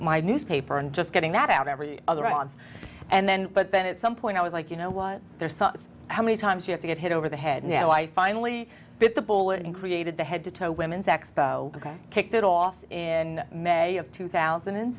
my newspaper and just getting that out every other on and then but then at some point i was like you know was there saw how many times you have to get hit over the head now i finally bit the bullet and created the head to toe women's expo kicked off in may of two thousand and